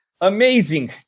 amazing